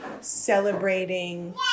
celebrating